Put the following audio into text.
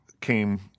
came